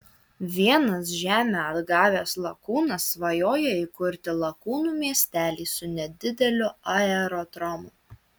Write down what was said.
vienas žemę atgavęs lakūnas svajoja įkurti lakūnų miestelį su nedideliu aerodromu